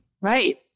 right